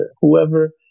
whoever